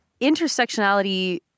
intersectionality